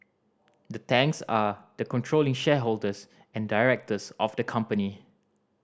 the Tangs are the controlling shareholders and directors of the company